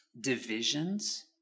divisions